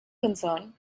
concerned